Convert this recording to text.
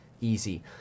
easy